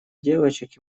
девочек